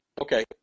Okay